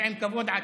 ועם כבוד עצמי.